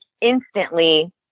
instantly